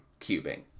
cubing